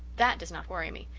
that does not worry me.